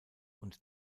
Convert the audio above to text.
und